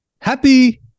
Happy